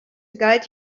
guide